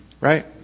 Right